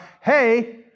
Hey